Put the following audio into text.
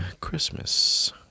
Christmas